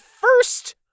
first